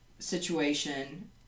situation